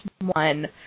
one